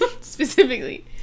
specifically